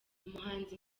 umuhanzi